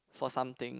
for something